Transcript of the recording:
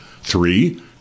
Three